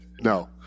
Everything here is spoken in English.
No